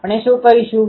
આપણે શું કરીશું